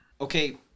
okay